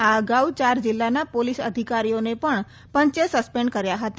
આ અગાઉ ચાર જિલ્લાના પોલીસ અધિકારીઓને પણ પંચે સસ્પેન્ડ કર્યા હતા